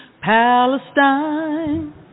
Palestine